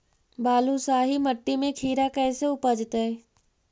बालुसाहि मट्टी में खिरा कैसे उपजतै?